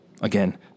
Again